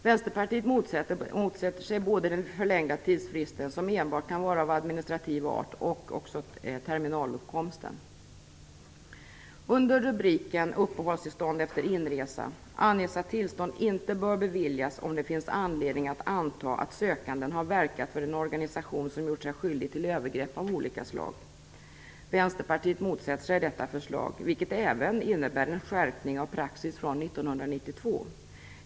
Vänsterpartiet motsätter sig både den förlängda tidsfristen, som enbart kan vara av administrativ art, och terminalåtkomsten. Under rubriken Uppehållstillstånd efter inresa anges att tillstånd inte bör beviljas om det finns anledning att anta att sökanden har verkat för en organisation som gjort sig skyldig till övergrepp av olika slag. Vänsterpartiet motsätter sig detta förslag, vilket även innebär en skärpning av praxis från 1992.